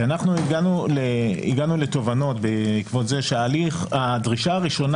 הגענו לתובנות בעקבות זה שהדרישה הראשונה